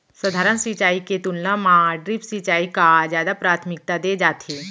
सधारन सिंचाई के तुलना मा ड्रिप सिंचाई का जादा प्राथमिकता दे जाथे